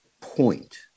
point